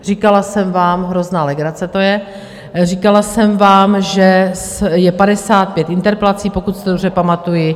Říkala jsem vám hrozná legrace, to je říkala jsem vám, že je 55 interpelací, pokud si to dobře pamatuji.